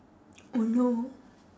oh no